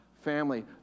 family